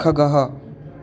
खगः